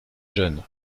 jeunes